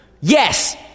Yes